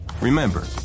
Remember